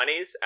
20s